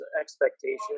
expectations